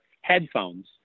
headphones